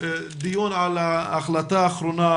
הדיון על ההחלטה האחרונה,